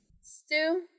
stew